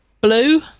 blue